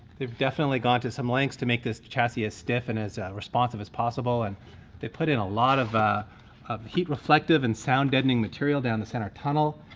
they've definitely gone to some lengths to make this chassis as stiff and as responsive as possible. and they put in a lot of ah of heat-reflective and sound-deadening material down the centre tunnel,